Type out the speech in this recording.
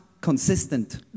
consistent